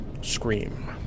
scream